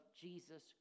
Jesus